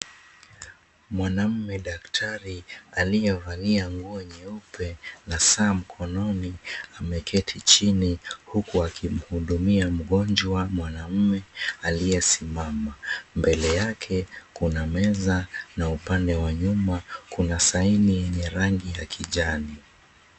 Mwanamume daktari, aliyevalia nguo nyeupe na saa mkononi, ameketi chini huku akimhudumia mgonjwa mwanamume aliyesimama. Mbele yake, kuna meza na upande wa nyuma, kuna saini yenye rangi ya kijani.